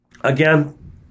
Again